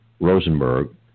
Rosenberg